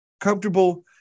comfortable